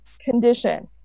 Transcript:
condition